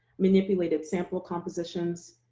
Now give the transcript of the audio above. manipulated sample compositions,